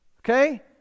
Okay